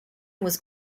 was